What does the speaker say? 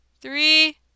Three